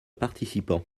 participant